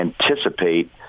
anticipate